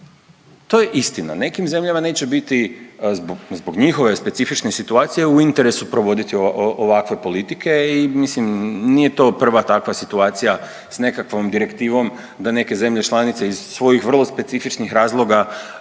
To je istina, nekim zemljama neće biti zbog, zbog njihove specifične situacije u interesu provoditi ovakve politike i mislim nije to prva takva situacija s nekakvom direktivom da neke zemlje članice iz svojih vrlo specifičnih razloga